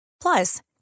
Plus